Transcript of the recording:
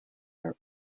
are